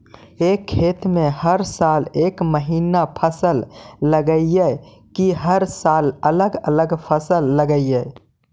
एक खेत में हर साल एक महिना फसल लगगियै कि हर साल अलग अलग फसल लगियै?